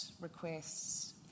requests